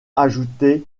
ajoutait